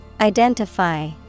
Identify